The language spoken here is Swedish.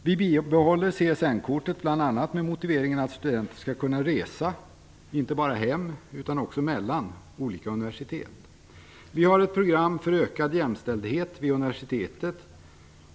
Vi vill behålla CSN-kortet bl.a. med motivering att studenterna skall kunna resa inte bara hem, utan också mellan olika universitet. Vi har ett program för ökad jämställdhet vid universiteten.